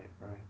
right